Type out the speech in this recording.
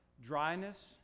dryness